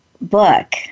book